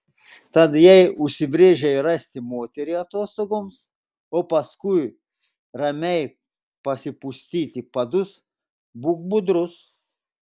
tad jei užsibrėžei rasti moterį atostogoms o paskui ramiai pasipustyti padus būk budrus